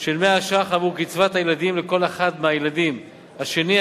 של 100 ש"ח עבור קצבת הילדים לכל אחד מהילדים השני,